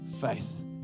faith